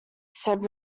said